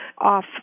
off